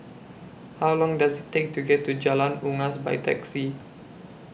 How Long Does IT Take to get to Jalan Unggas By Taxi